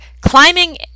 Climbing